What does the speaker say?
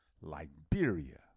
Liberia